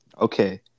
Okay